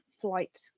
flight